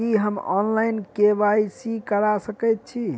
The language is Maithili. की हम ऑनलाइन, के.वाई.सी करा सकैत छी?